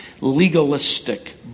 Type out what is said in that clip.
legalistic